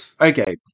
okay